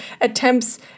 attempts